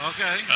Okay